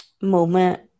moment